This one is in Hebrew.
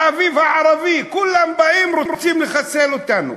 האביב הערבי, כולם באים, רוצים לחסל אותנו.